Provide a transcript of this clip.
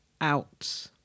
out